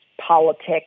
politics